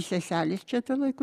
seselės čia tuo laiku